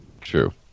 true